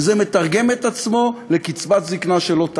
וזה מתרגם את עצמו לקצבת זיקנה שלא תעלה,